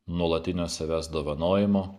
nuolatinio savęs dovanojimo